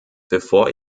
bevor